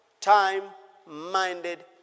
time-minded